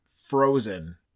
frozen